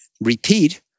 repeat